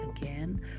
again